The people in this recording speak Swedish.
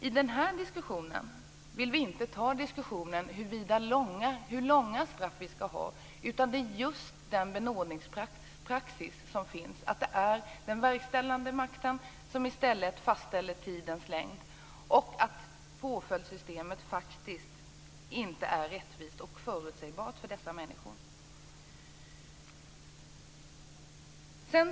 I den här debatten vill vi inte ta en diskussion om hur långa straff det skall vara, utan det handlar om just den benådningspraxis som finns. Det är den verkställande makten som i stället fastställer strafftidens längd. Påföljdssystemet är faktiskt inte rättvist och förutsägbart för de här människorna.